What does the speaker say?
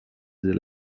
the